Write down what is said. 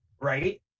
Right